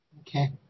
Okay